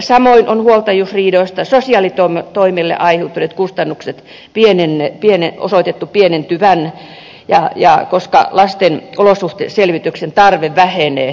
samoin on huoltajuusriidoista sosiaalitoimelle aiheutuneiden kustannusten osoitettu pienentyvän koska lasten olosuhdeselvityksen tarve vähenee